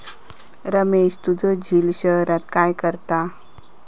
रमेश तुझो झिल शहरात काय करता?